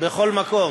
בכל מקום.